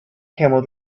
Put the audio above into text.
camel